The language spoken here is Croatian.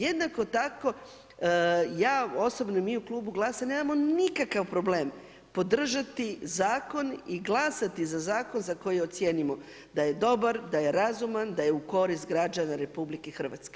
Jednako tako ja osobno, mi u Klubu GLAS-a nemamo nikakav problem podržati zakon i glasati za zakon za koji ocijenimo da dobar, da je razuman, da je u korist građana RH.